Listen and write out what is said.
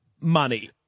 money